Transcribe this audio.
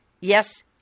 Yes